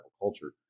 culture